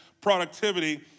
productivity